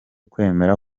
kwemera